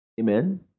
Amen